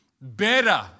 better